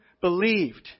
believed